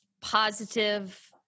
positive